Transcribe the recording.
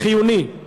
חיוני.